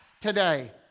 today